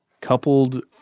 coupled